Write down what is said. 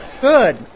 Good